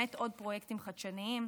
ובאמת עוד פרויקטים חדשניים.